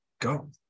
go